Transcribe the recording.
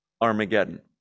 Armageddon